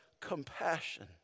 compassion